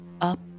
up